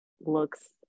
looks